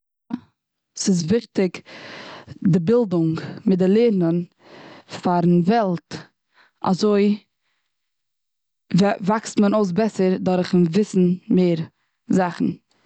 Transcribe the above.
ס'איז וויכטיג די בילדונג מיט די לערנען פאר די וועלט. אזוי וואקסט מען אויס בעסער דורכן וויסן מער זאכן.